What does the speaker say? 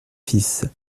fils